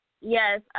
Yes